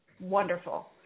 wonderful